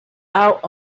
out